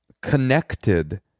connected